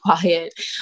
quiet